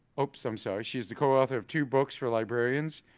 oops i'm sorry. she is the co-author of two books for librarians